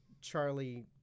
charlie